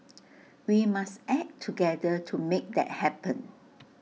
we must act together to make that happen